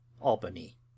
Albany